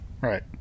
Right